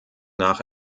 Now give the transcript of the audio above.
nach